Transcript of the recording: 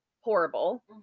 horrible